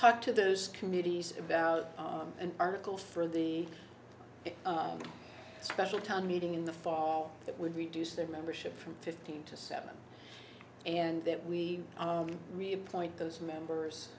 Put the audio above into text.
talk to those communities about an article for the special town meeting in the fall that would reduce their membership from fifteen to seven and that we really point those members